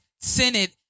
Senate